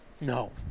No